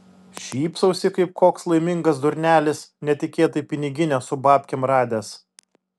šypsausi kaip koks laimingas durnelis netikėtai piniginę su babkėm radęs